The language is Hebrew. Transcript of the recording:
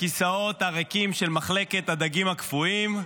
לכיסאות הריקים של מחלקת הדגים הקפואים: